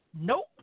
Nope